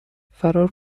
فرار